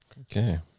Okay